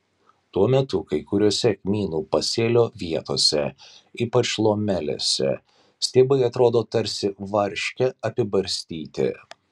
tuo metu kai kuriose kmynų pasėlio vietose ypač lomelėse stiebai atrodo tarsi varške apibarstyti